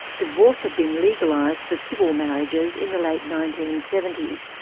divorce had been legalised for civil marriages in the late nineteen seventy s,